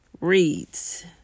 reads